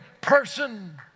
person